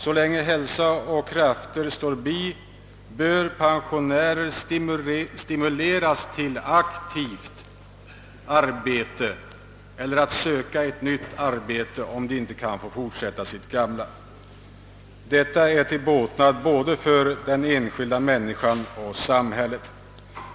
Så länge hälsa och krafter står bi bör pensionärer stimuleras till att aktivt fortsätta sitt arbete eller till att söka ett nytt arbete, om de inte kan få fortsätta med sitt gamla. Detta är till båtnad för både den enskilda människan och samhället.